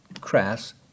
crass